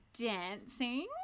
dancing